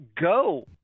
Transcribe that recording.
go